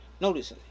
Notice